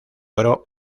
oro